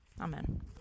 Amen